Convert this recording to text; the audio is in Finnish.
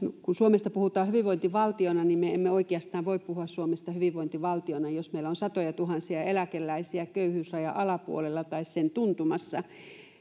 kun suomesta puhutaan hyvinvointivaltiona me emme oikeastaan voi puhua suomesta hyvinvointivaltiona jos meillä on satojatuhansia eläkeläisiä köyhyysrajan alapuolella tai sen tuntumassa